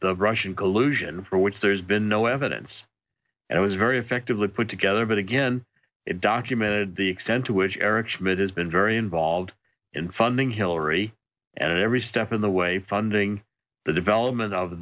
the russian collusion for which there's been no evidence and it was very effectively put together but again it documented the extent to which eric schmidt has been very involved in funding hillary and at every step of the way funding the development of